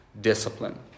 discipline